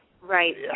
Right